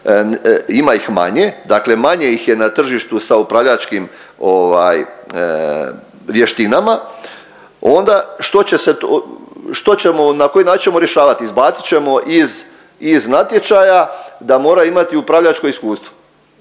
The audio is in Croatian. ima ih manje, dakle manje ih je na tržištu sa upravljačkim vještinama onda što će se, što ćemo, na koji način ćemo rješavati. Izbacit ćemo iz natječaja da mora imati upravljačko iskustvo?